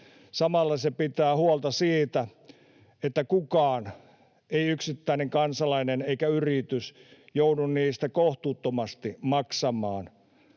Samalla se pitää huolta siitä, ettei kukaan — ei yksittäinen kansalainen eikä yritys — joudu niistä kohtuuttomasti maksamaan.